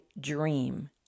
dream